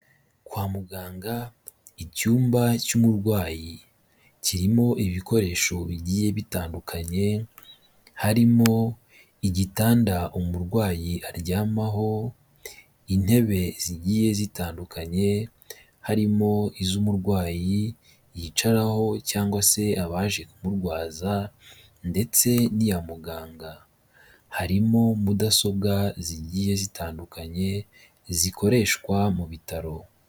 Kwa muganga, icyumba cy'umurwayi kirimo ibikoresho bigiye bitandukanye, harimo igitanda umurwayi aryamaho, intebe zigiye zitandukanye, harimo iz'umurwayi yicaraho cyangwa se abaje kumurwaza ndetse n'iya muganga. Harimo mudasobwa zigiye zitandukanye, zikoreshwa mu bitaro.